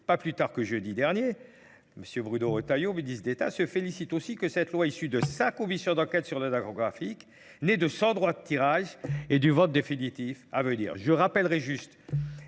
Pas plus tard que jeudi dernier, Monsieur Bruno Retailleau, ministre d'État, se félicite aussi que cette loi, issue de sa commission d'enquête sur l'ordre agrographique, n'ait de sans-droit de tirage et du vote définitif à venir. Je rappellerai juste